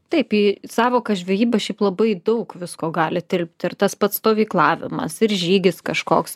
taip į sąvoką žvejyba šiaip labai daug visko gali tilpti ir tas pats stovyklavimas ir žygis kažkoks